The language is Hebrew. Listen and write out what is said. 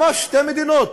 ממש שתי מדינות.